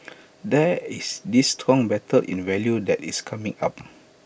there is this strong battle in value that is coming up